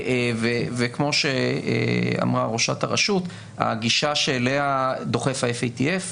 וכמו שאמרה ראשת הרשות, הגישה שאליה דוחף ה-FATF,